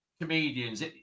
comedians